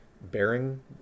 bearing